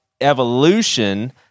evolution